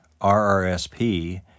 RRSP